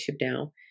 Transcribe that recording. now